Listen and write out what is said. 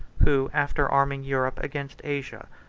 who, after arming europe against asia,